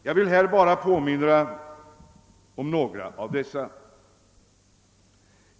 Jag vill bara påminna om några av dessa.